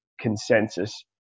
consensus